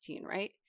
right